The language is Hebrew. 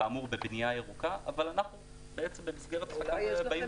כאמור בבנייה ירוקה אבל אנחנו במסגרת -- אולי יש לכם